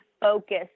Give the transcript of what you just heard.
focus